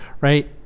right